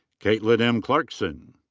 caitlyn m. clarkson.